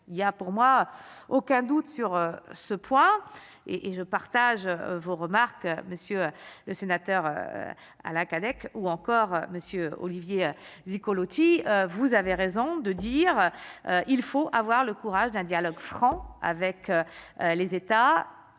il y a pour moi aucun doute sur ce point et et je partage vos remarques, monsieur le sénateur Alain Cadec ou encore monsieur Olivier Zico Colautti vous avez raison de dire il faut avoir le courage d'un dialogue franc avec les États,